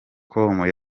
com